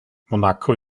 monaco